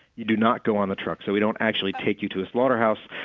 you do not go on the truck, so we don't actually take you to a slaughterhouse.